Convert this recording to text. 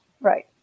right